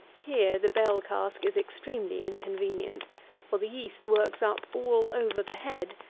here the bell-cask is extremely inconvenient for the yeast works up all over the head,